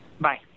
Bye